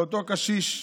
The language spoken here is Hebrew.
לאותו קשיש.